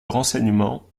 renseignement